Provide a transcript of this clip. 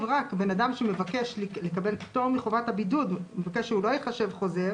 רק בן אדם שמבקש לקבל פטור מחובת הבידוד מבקש שהוא לא ייחשב חוזר